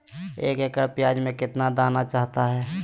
एक एकड़ प्याज में कितना दाना चाहता है?